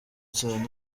cyane